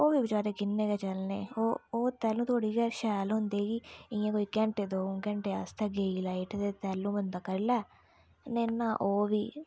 ओह् बी बेचारे किन्ने गै चलने ओह् ओह् तेल्लू धोड़ी गै शैल होंदे ही इ'यां कोई घैंटे दो घैंटे आस्तै गेई लाइट ते तैल्लू बंदा करी लै निं ना ओह् बी